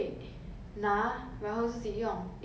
很想要一个 I pod 但是你就是